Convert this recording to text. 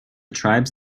tribes